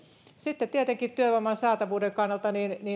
tietenkin työvoiman saatavuuden kannalta